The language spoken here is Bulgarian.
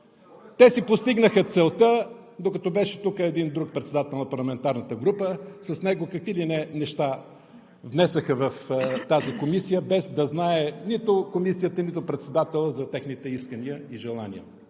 Те си постигнаха целта, докато беше тук един друг председател на парламентарната група. С него какви ли не неща внесоха в тази комисия, без да знае нито Комисията, нито председателят за техните искания и желания.